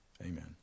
Amen